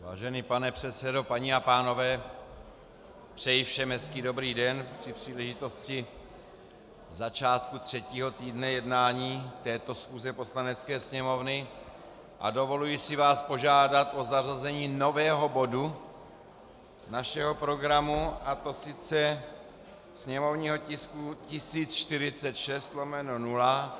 Vážený pane předsedo, paní a pánové, přeji všem hezký dobrý den při příležitosti začátku třetího týdne jednání této schůze Poslanecké sněmovny a dovoluji si vás požádat o zařazení nového bodu našeho programu, a sice sněmovního tisku 1046/0.